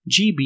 GB